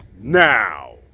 Now